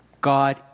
God